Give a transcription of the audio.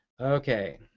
Okay